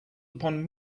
upon